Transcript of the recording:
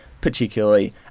particularly